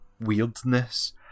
weirdness